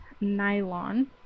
nylon